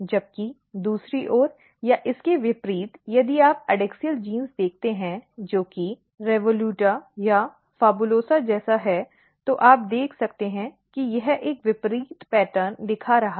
जबकि दूसरी ओर या इसके विपरीत यदि आप एडैक्सियल जीन देखते हैं जो कि REVOLUTA या PHABULOSA जैसा है तो आप देख सकते हैं कि यह एक विपरीत पैटर्न दिखा रहा है